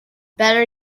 better